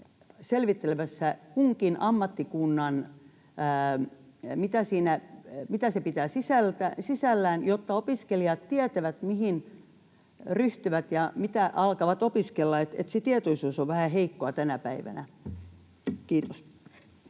selvittelemässä, mitä kukin ammattikunta pitää sisällään, jotta opiskelijat tietävät, mihin ryhtyvät ja mitä alkavat opiskella. Se tietoisuus on vähän heikkoa tänä päivänä. — Kiitos.